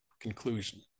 conclusion